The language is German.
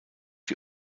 die